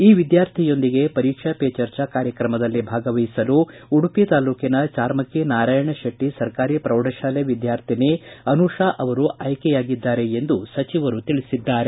ಈ ವಿದ್ಯಾರ್ಥಿಯೊಂದಿಗೆ ಪರೀಕ್ಷೆ ಪೇ ಚರ್ಚಾ ಕಾರ್ಯಕ್ರಮದಲ್ಲಿ ಭಾಗವಹಿಸಲು ಉಡುಪಿ ತಾಲೂಕಿನ ಚಾರ್ಮಕ್ಕಿ ನಾರಾಯಣ ಶೆಟ್ಲ ಸರಕಾರಿ ಪ್ರೌಢಶಾಲೆ ವಿದ್ಬಾರ್ಥಿನಿ ಅನುಷಾ ಅವರೂ ಆಯ್ಕೆಯಾಗಿದ್ದಾರೆ ಎಂದು ಸಚಿವರು ತಿಳಿಸಿದ್ದಾರೆ